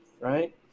right